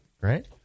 Right